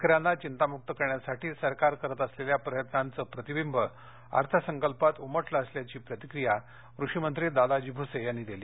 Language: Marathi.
शेतकऱ्यांना चिंतामुक्त करण्यासाठी सरकार करत असलेल्या प्रयत्नांचं प्रतिबिंब अर्थसंकल्पात उमटलं असल्याची प्रतिक्रिया कृषिमंत्री दादाजी भूसे यांनी व्यक्त केली